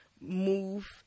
move